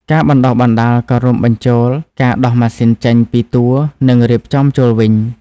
ការបណ្តុះបណ្តាលក៏រួមបញ្ចូលការដោះម៉ាស៊ីនចេញពីតួនិងរៀបចំចូលវិញ។